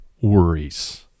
worries